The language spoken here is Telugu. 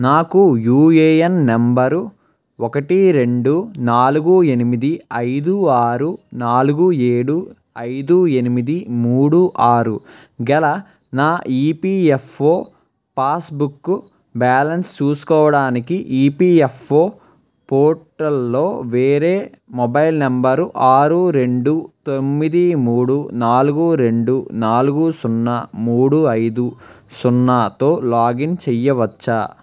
నాకు యుఏఎన్ నంబరు ఒకటి రెండు నాలుగు ఏమనిమిది అయిదు ఆరు నాలుగు ఏడు అయిదు ఎనిమిది మూడు ఆరు గల నా ఈపిఎఫ్ఓ పాస్బుక్ బ్యాలన్స్ చూసుకోడానికి ఈపిఎఫ్ఓ పోర్టల్లో వేరే మొబైల్ నంబరు ఆరు రెండు తొమ్మిది మూడు నాలుగు రెండు నాలుగు సున్నా మూడు అయిదు సున్నాతో లాగిన్ చెయ్యవచ్చా